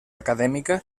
acadèmica